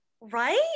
Right